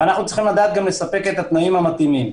אנחנו גם צריכים לדעת לספק את התנאים המתאימים,